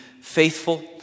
faithful